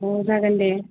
अ जागोन दे